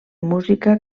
música